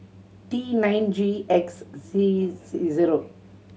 T nine G X C zero